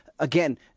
Again